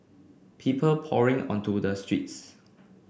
people pouring onto the streets